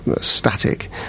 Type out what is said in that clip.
static